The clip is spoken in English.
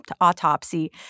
autopsy